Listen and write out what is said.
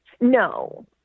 no